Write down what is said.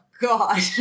God